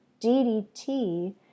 DDT